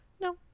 No